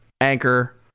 anchor